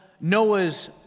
Noah's